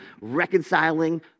reconciling